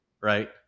right